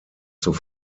zur